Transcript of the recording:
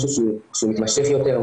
משהו שהוא מתמשך יותר,